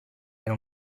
era